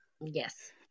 yes